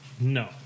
no